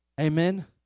Amen